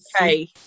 okay